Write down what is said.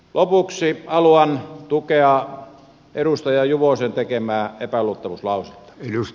lopuksi haluan tukea edustaja juvosen tekemää epäluottamuslausetta